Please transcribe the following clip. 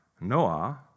Noah